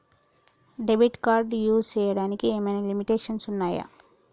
Debit card use చేయడానికి ఏమైనా limitations ఉన్నాయా?